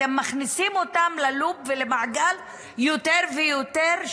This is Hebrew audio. אתם מכניסים אותם ללופ ולמעגל יותר ויותר,